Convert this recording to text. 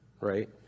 right